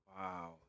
Wow